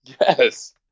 Yes